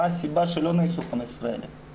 מה הסיבה שלא נערכו 15,000 בדיקות?